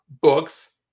Books